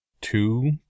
Two